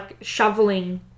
shoveling